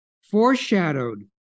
foreshadowed